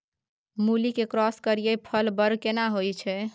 मूली के क्रॉस करिये के फल बर केना होय छै?